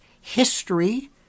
history